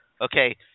Okay